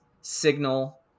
Signal